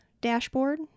dashboard